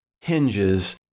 hinges